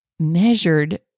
Measured